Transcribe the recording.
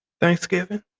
Thanksgiving